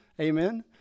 Amen